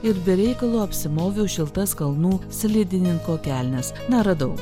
ir be reikalo apsimoviau šiltas kalnų slidininko kelnes na radau